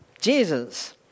Jesus